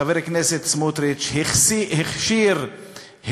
חבר הכנסת סמוטריץ, התנקשויות